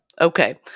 Okay